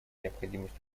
необходимость